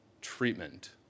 treatment